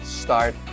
Start